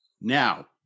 Now